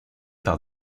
par